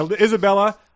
Isabella